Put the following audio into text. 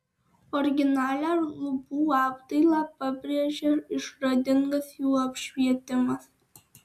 originalią lubų apdailą pabrėžia išradingas jų apšvietimas